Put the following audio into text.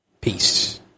Peace